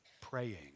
praying